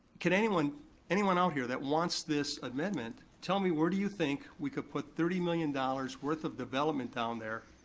can anyone anyone out here that wants this amendment tell me where do you think we can put thirty million dollars worth of development down there